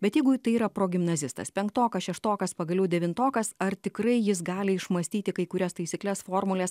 bet jeigu tai yra progimnazistas penktokas šeštokas pagaliau devintokas ar tikrai jis gali išmąstyti kai kurias taisykles formules